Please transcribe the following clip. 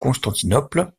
constantinople